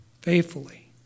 faithfully